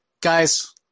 guys